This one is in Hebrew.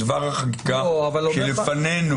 של דבר החקיקה שלפנינו.